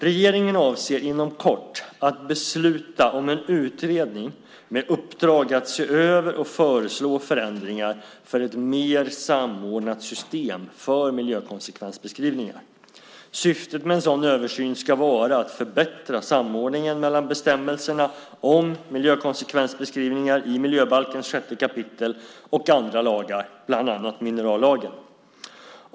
Regeringen avser inom kort att besluta om en utredning med uppdrag att se över och föreslå förändringar för ett mer samordnat system för miljökonsekvensbeskrivningar. Syftet med en sådan översyn ska vara att förbättra samordningen mellan bestämmelserna om miljökonsekvensbeskrivningar i 6 kap. miljöbalken och andra lagar, bland annat minerallagen.